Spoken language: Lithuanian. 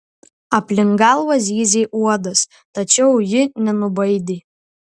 aplink galvą zyzė uodas tačiau ji nenubaidė